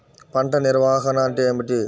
పంట నిర్వాహణ అంటే ఏమిటి?